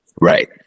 Right